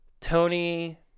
Tony